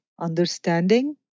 understanding